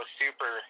super